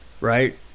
right